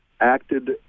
acted